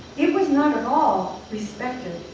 it was not at all respected.